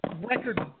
record